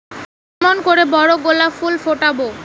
কেমন করে বড় গোলাপ ফুল ফোটাব?